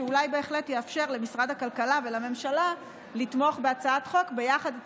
שאולי בהחלט יאפשר למשרד הכלכלה ולממשלה לתמוך בהצעת חוק ביחד איתך,